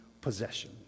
possession